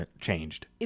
changed